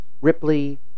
Ripley